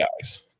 guys